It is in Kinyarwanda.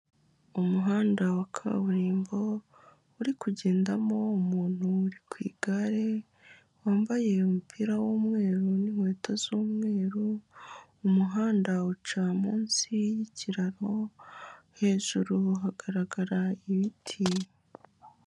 Umuhanda wa kaburimbo uri kugendamo umuntu uri ku igare, wambaye umupira w'umweru n'inkweto z'umweru, umuhanda uca munsi y'ikiraro, hejuru hagara ibiti.